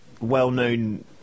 well-known